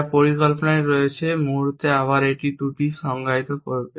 যা পরিকল্পনায় রয়েছে মুহুর্তে আবার ত্রুটি সংজ্ঞায়িত করবে